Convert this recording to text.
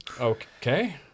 Okay